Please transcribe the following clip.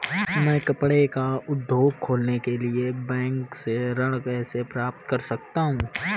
मैं कपड़े का उद्योग खोलने के लिए बैंक से ऋण कैसे प्राप्त कर सकता हूँ?